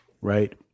Right